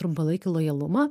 trumpalaikį lojalumą